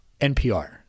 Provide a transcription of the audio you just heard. NPR